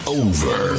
over